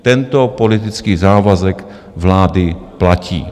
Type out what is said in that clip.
Tento politický závazek vlády platí.